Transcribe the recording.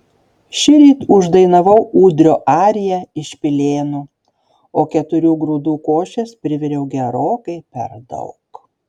šįryt uždainavau ūdrio ariją iš pilėnų o keturių grūdų košės priviriau gerokai per daug